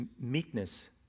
meekness